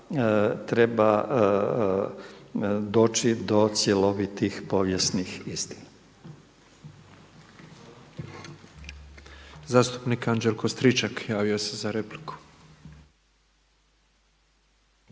treba doći do cjelovitih povijesnih istina. **Petrov, Božo (MOST)** Zastupnik Anđelko Stričak javio se za repliku.